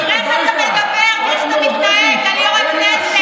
תראה איך אתה מדבר ואיך אתה מתנהג, על יו"ר הכנסת.